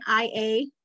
IA